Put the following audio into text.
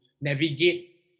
navigate